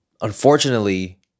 unfortunately